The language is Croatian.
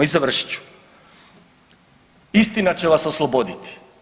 I završit ću, istina će vas osloboditi.